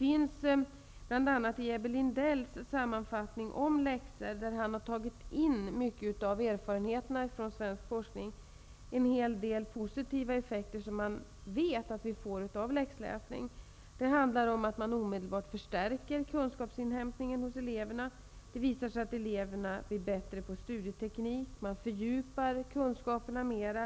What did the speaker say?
I bl.a. Ebbe Lindells sammanfattning om läxor, där han har samlat många erfarenheter från svensk forskning, nämns en hel del positiva effekter som man vet att vi får av läxläsning. Det handlar om att omedelbart förstärka kunskapsinhämtningen hos eleverna. Det visar sig att eleverna blir bättre på studieteknik och att kunskaperna mer fördjupas.